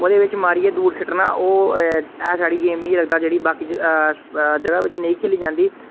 ओह्दे बिच मारिये दूर सट्टना ओह् ऐ साढ़ी गेम मि लगदा बाकी जेहड़ी अस जगह बिच नेई खैली जंदी